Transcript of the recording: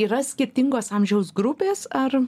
yra skirtingos amžiaus grupės ar